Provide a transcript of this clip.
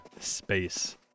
space